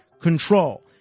control